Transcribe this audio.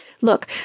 Look